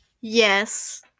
yes